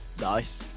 Nice